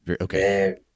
Okay